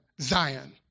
Zion